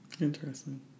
Interesting